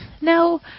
No